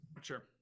sure